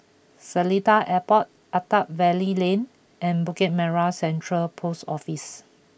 Seletar Airport Attap Valley Lane and Bukit Merah Central Post Office